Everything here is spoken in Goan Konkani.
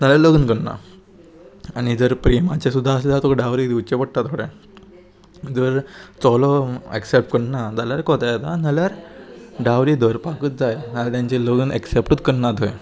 नाल्यार लग्न करना आनी जर प्रेमाचे सुद्दां आसतलो डावरी दिवचे पडटा थोड्यांक जर चलो एक्सेप्ट करना जाल्यार कोताय नाल्यार डावरी धरपाकूच जाय जाल्यार तांचे लगून एक्सेप्टूच करना थंय